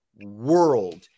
world